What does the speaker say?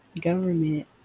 government